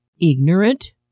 ignorant